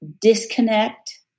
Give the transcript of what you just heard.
disconnect